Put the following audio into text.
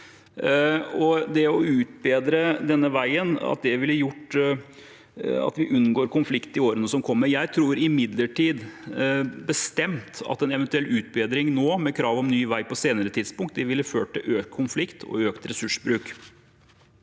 det å utbedre denne veien ville ha gjort at vi unngår konflikt i årene som kommer, tror jeg bestemt at en eventuell utbedring nå med krav om ny vei på senere tidspunkt ville ha ført til økt konflikt og økt ressursbruk.